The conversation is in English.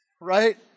Right